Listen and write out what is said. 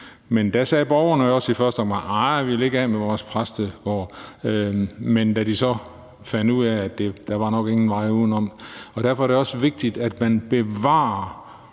Men der sagde borgerne jo også i første omgang: Arh, vi vil ikke af med vores præstegård. Men de fandt så ud af, at der nok ikke var nogen vej udenom. Derfor er det også vigtigt, at man bevarer